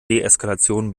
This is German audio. deeskalation